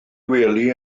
wely